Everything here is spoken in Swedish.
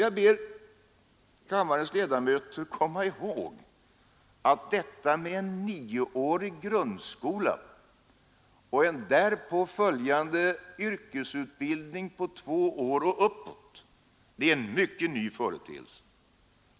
Jag ber kammarens ledamöter komma ihåg att vår nioåriga grundskola och därpå följande yrkesutbildning från två år och uppåt är en mycket ny företeelse.